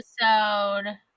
episode